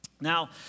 Now